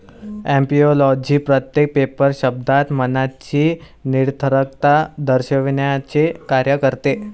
ऍपिओलॉजी प्रत्येक पेपर शब्दात मनाची निरर्थकता दर्शविण्याचे कार्य करते